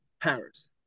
Paris